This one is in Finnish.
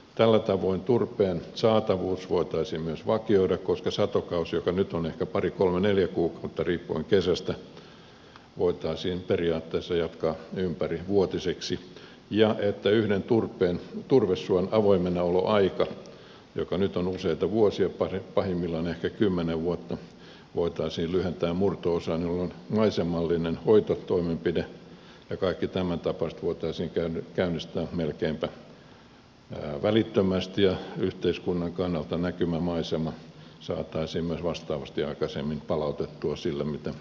tällä tavoin turpeen saatavuus voitaisiin myös vakioida koska satokausi joka nyt on ehkä pari kolme neljä kuukautta riippuen kesästä voitaisiin periaatteessa jatkaa ympärivuotiseksi ja yhden turvesuon avoimenaoloaika joka nyt on useita vuosia pahimmillaan ehkä kymmenen vuotta voitaisiin lyhentää murto osaan jolloin maisemallinen hoitotoimenpide ja kaikki tämäntapaiset voitaisiin käynnistää melkeinpä välittömästi ja yhteiskunnan kannalta näkymä maisema saataisiin myös vastaavasti aikaisemmin palautettua siihen tilaan mitä ihmiset yleensä ottaen toivovat